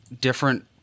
different